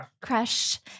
crush